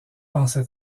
pensa